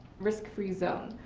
risk-free zone.